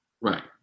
Right